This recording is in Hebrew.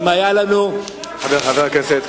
זה לא הדוח, אתה מחזיק שני עמודים.